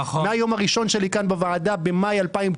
מהיום הראשון שלי כאן בוועדה במאי 2019